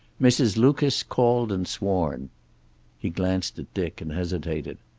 mrs. lucas called and sworn he glanced at dick and hesitated.